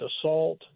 assault